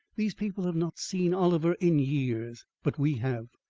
these people have not seen oliver in years, but we have,